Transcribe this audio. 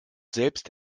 selbst